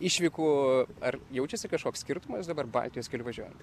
išvykų ar jaučiasi kažkoks skirtumas dabar baltijos keliu važiuojant